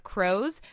Crows